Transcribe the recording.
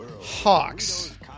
Hawks